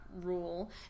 rule